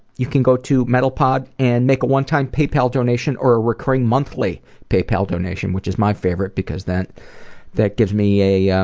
you can go to mentalpod and make a one-time paypal donation or ah recurring monthly paypal donation which is my favorite because then that gives me a,